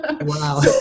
wow